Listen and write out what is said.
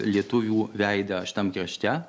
lietuvių veidą šitam krašte